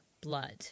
blood